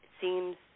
seems